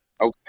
Okay